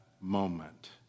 moment